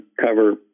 cover